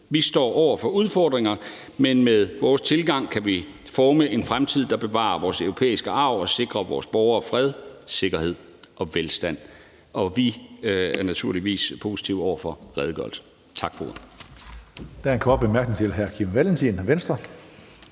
Vi står over for udfordringer, men med vores tilgang kan vi forme en fremtid, der bevarer vores europæiske arv og sikrer vores borgere fred, sikkerhed og velstand. Vi er naturligvis positive over for redegørelsen. Tak for